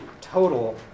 total